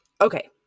Okay